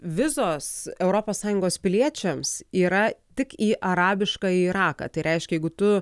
visos europos sąjungos piliečiams yra tik į arabiškąjį iraką tai reiškia jeigu tu